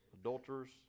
adulterers